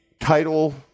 title